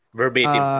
verbatim